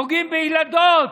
פוגעים בילדות,